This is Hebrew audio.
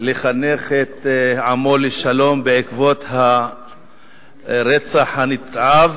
לחנך את עמו לשלום בעקבות הרצח הנתעב,